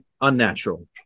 unnatural